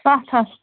سَتھ ہَتھ